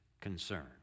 concern